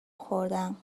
خوردم